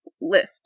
lift